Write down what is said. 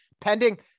pending